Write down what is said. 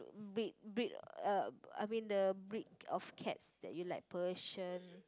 breed breed uh I mean the breed of cats that you like Persian